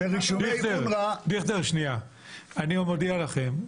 אני מודיע לכם,